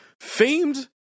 famed